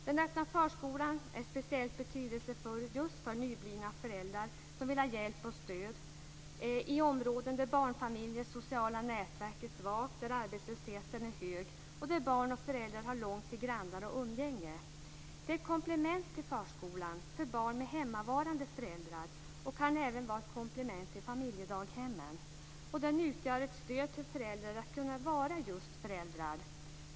Den öppna förskolan är speciellt betydelsefull just för nyblivna föräldrar som vill ha hjälp och stöd i områden där barnfamiljers sociala nätverk är svagt, där arbetslösheten är hög och där barn och föräldrar har långt till grannar och umgänge. Den är ett komplement till förskolan för barn med hemmavarande föräldrar och kan även vara ett komplement till familjedaghemmen. Den utgör ett stöd till föräldrar när det gäller att kunna vara just föräldrar.